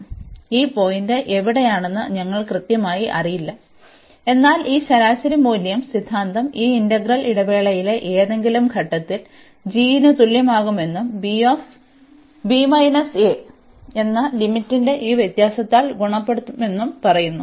അതിനാൽ ഈ പോയിന്റ് എവിടെയാണെന്ന് ഞങ്ങൾക്ക് കൃത്യമായി അറിയില്ല എന്നാൽ ഈ ശരാശരി മൂല്യം സിദ്ധാന്തം ഈ ഇന്റഗ്രൽ ഇടവേളയിലെ ഏതെങ്കിലും ഘട്ടത്തിൽ g ന് തുല്യമാകുമെന്നും എന്ന ലിമിറ്റിന്റെ ഈ വ്യത്യാസത്താൽ ഗുണിക്കപ്പെടുമെന്നും പറയുന്നു